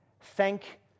Thank